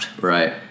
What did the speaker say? Right